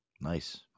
Nice